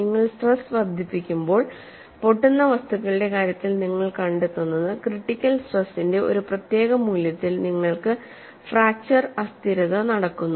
നിങ്ങൾ സ്ട്രെസ് വർദ്ധിപ്പിക്കുമ്പോൾ പൊട്ടുന്ന വസ്തുക്കളുടെ കാര്യത്തിൽ നിങ്ങൾ കണ്ടെത്തുന്നത് ക്രിട്ടിക്കൽ സ്ട്രെസ്സിന്റെ ഒരു പ്രത്യേക മൂല്യത്തിൽ നിങ്ങൾക്ക് ഫ്രാക്ച്ചർ അസ്ഥിരത നടക്കുന്നു